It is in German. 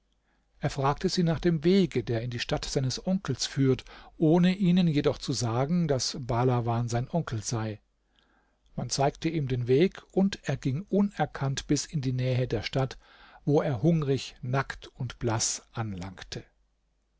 er fragte sie nach dem wege der in die stadt seines onkels führt ohne ihnen jedoch zu sagen daß bahlawan sein onkel sei man zeigte ihm den weg und er ging unerkannt bis in die nähe der stadt wo er hungrig nackt und blaß anlangte